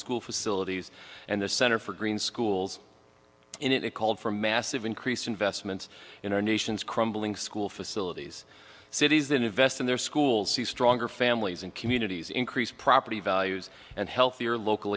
school facilities and the center for green schools in it called for massive increased investments in our nation's crumbling school facilities cities that invest in their schools stronger families and communities increased property values and healthier local